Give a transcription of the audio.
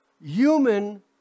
human